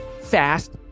fast